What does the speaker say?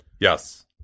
yes